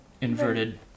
inverted